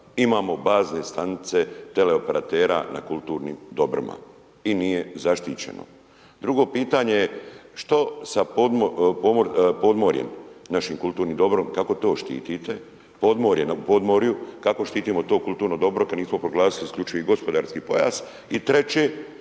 Imamo bazne stanice tele operatera na kulturnim dobrima. I nije zaštićeno. Drugo pitanje je što sa podmorjem, našim kulturnim dobrom, kako to štitite? Na podmorju, kako štitimo to kulturno dobro kad nismo proglasili isključivi gospodarski pojas?